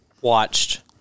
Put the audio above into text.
watched